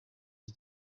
iki